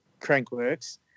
Crankworks